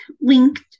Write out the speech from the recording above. linked